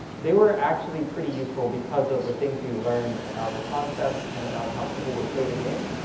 they were actually pretty useful, because of the things we learned about the concept and about how people would play the game.